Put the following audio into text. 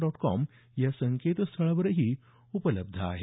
dot com या संकेतस्थळावरही उपलब्ध आहे